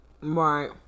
Right